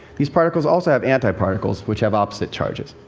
these particles also have antiparticles, which have opposite charges.